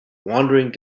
wandering